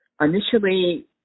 initially